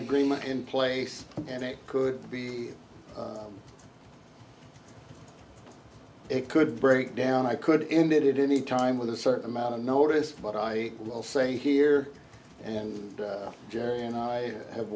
agreement in place and it could be it could break down i could end it any time with a certain amount of notice but i will say here and there and i have